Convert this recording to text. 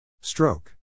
Stroke